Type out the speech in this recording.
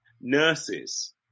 nurses